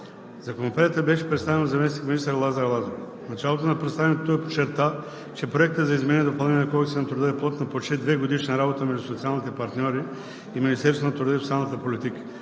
Законопроектът беше представен от заместник-министър Лазар Лазаров. В началото на представянето той подчерта, че Проектът за изменение и допълнение на Кодекса на труда е плод на почти двегодишна работа между социалните партньори и Министерството на труда и социалната политика.